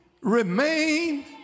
remain